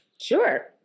Sure